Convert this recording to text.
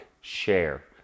share